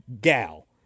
gal